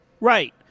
Right